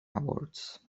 awards